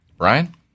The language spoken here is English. Ryan